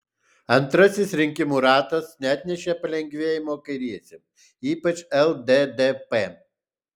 antrasis rinkimų ratas neatnešė palengvėjimo kairiesiems ypač lddp